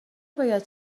باید